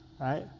right